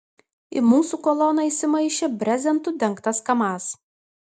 į mūsų koloną įsimaišė brezentu dengtas kamaz